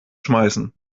schmeißen